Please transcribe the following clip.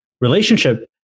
relationship